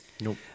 Nope